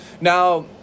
Now